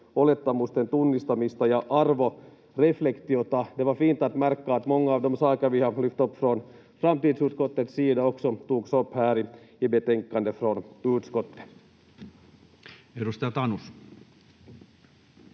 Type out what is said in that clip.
olettamusten tunnistamista ja arvoreflektiota.” Det var fint att märka att många av de saker vi har lyft upp från framtidsutskottets sida också togs upp här i betänkandet från utskottet. Edustaja Tanus.